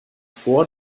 vor